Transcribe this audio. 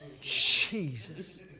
Jesus